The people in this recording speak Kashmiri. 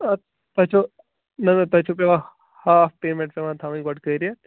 اَدٕ تۄہہِ چھَو نَہ نَہ تۄہہِ چھِو پٮ۪وان ہاف پیمنٛٹ پٮ۪وان تھاوٕنۍ گۄڈٕ کٔرِتھ